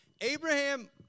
Abraham